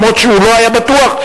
אף-על-פי שהוא לא היה בטוח,